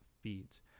feeds